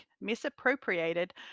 misappropriated